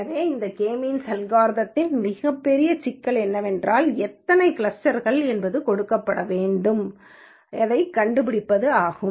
எனவே இந்த கே மீன்ஸ்அல்காரிதம்யின் மிகப்பெரிய சிக்கல் என்னவென்றால் எத்தனை கிளஸ்டர்கள் கொடுக்கப்பட வேண்டும் என்பதைக் கண்டுபிடிப்பதாகும்